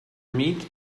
meat